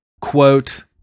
quote